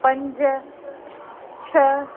पंज छह